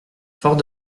fort